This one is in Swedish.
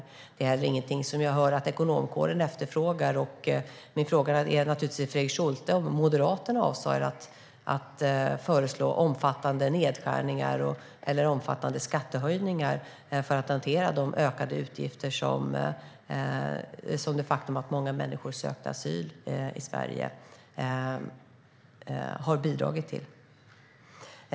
Det är inte heller någonting som jag hör att ekonomkåren efterfrågar. Min fråga till Fredrik Schulte är naturligtvis om Moderaterna avser att föreslå omfattande nedskärningar eller omfattande skattehöjningar för att hantera de ökade utgifter som det faktum att många människor har sökt asyl i Sverige har bidragit till.